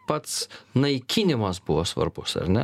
pats naikinimas buvo svarbus ar ne